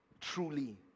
Truly